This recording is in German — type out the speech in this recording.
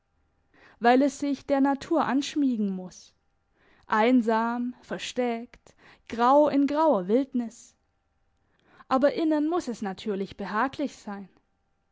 weil es sich der natur anschmiegen muss einsam versteckt grau in grauer wildnis aber innen muss es natürlich behaglich sein